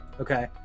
okay